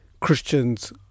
Christians